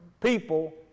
people